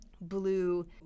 blue